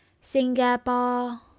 Singapore